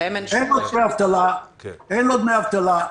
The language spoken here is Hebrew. לאוכלוסיית הזרים אין דמי אבטלה,